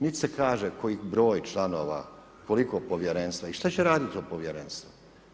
Nit se kaže koji broj članova, koliko povjerenstva i što će radit to povjerenstvo?